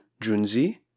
Junzi